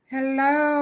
Hello